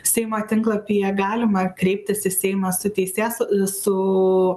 seimo tinklapyje galima kreiptis į seimą su teisės su